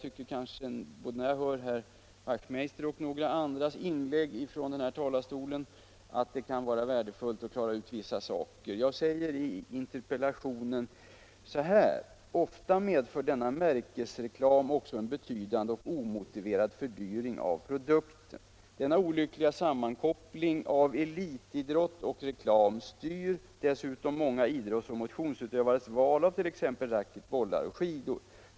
Efter att ha hört herr Wachtmeisters och några andra talares inlägg från denna talarstol tycker jag det kan vara värdefullt att klara ut vissa saker. Jag säger i min interpellation bl.a.: ”Ofta medför denna märkesreklam också en betydande och omotiverad fördyring av produkten. Denna olyckliga sammankoppling av elitidrott och reklam styr dessutom många idrottsoch motionsutövares val av t.ex. racket, bollar och skidor.